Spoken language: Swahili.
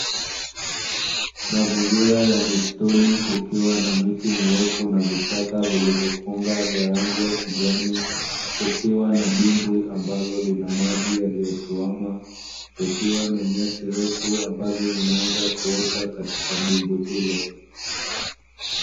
Mazingira ya misituni kukiwa na miti mirefu na vichaka vilivyofunga vya rangi ya kijani, kukiwa na dimbwi ambalo lina maji yaliyotuama, kukiwa na nyasi refu ambazo zinaanza kuota katika dimbwi hilo.